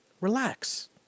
relax